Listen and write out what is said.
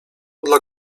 dla